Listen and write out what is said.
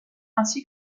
ainsi